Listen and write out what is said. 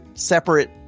separate